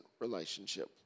relationship